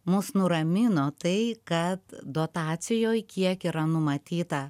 mus nuramino tai kad dotacijoj kiek yra numatyta